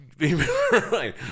Right